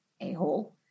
a-hole